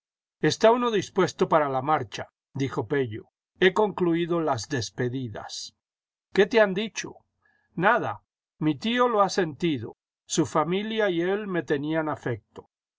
estcá uno dispuesto para la marcha dijo pello he concluido las despedidas qué te han dicho nada mi tío lo ha sentido su familia y él me tenían afecto